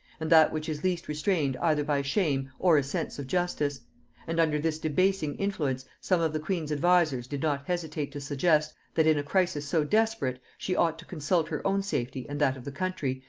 and that which is least restrained either by shame or a sense of justice and under this debasing influence some of the queen's advisers did not hesitate to suggest, that in a crisis so desperate, she ought to consult her own safety and that of the country,